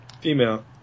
Female